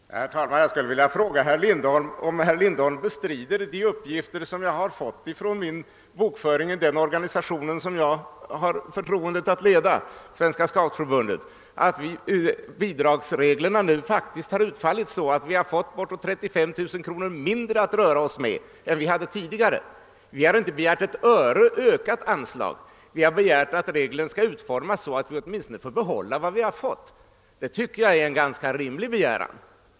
Herr talman! Jag skulle vilja fråga herr Lindholm, om han bestrider de uppgifter som jag har fått från bokföringen i den organisation som jag har förtroendet att leda, nämligen Svenska scoutförbundet. Bidragsreglerna medför faktiskt att anslaget har utfallit så, att vi nu har fått 35 000 kronor mindre att röra oss med än vi hade tidigare. Vi har inte begärt ett enda öre i ökat anslag, men vi har begärt att reglerna för anslagsgivningen skall utformas så, att vi får behålla åtminstone vad vi har fått tidigare. Det tycker jag är en ganska rimlig begäran.